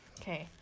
Okay